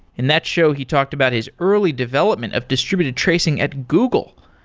in that show, he talked about his early development of distributed tracing at google.